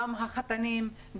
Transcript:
גם החתנים,